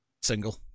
single